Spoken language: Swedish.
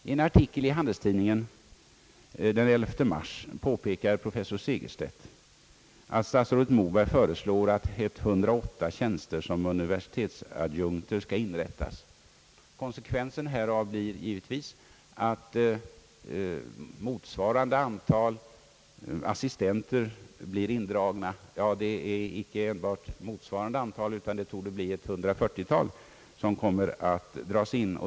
I en artikel i Handelstidningen den 11 mars påpekar professor Segerstedt, att statsrådet Moberg föreslår att 108 tjänster som universitetsadjunkter skall inrättas. Konsekvensen härav blir givetvis, att motsvarande antal assistenttjänster blir indragna. Ja, icke enbart motsvarande antal, utan ett 140-tal torde komma att dras in.